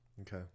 Okay